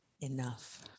enough